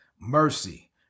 mercy